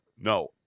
No